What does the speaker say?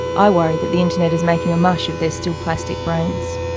i worry that the internet is making a mush of their still plastic brains.